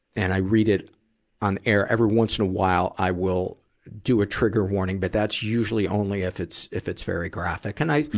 and i read it on air, every once in a while, i will do a trigger warning, but that's usually only if it's, if it's very graphic. and i,